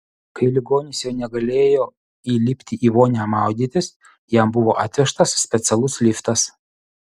kai ligonis jau negalėjo įlipti į vonią maudytis jam buvo atvežtas specialus liftas